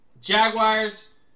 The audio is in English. Jaguars